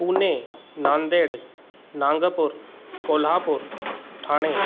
Pune Nanded Nagpur Kolhapur Thane